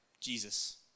Jesus